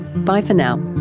bye for now